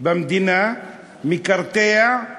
במדינה מקרטע,